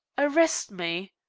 arrest me?